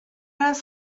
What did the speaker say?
است